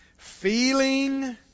Feeling